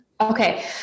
Okay